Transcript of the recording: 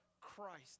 Christ